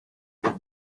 beth